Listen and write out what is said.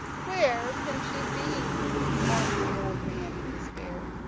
where can she be moaned the old man, in despair.